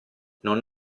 non